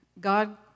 God